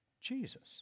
Jesus